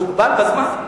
מוגבל בזמן.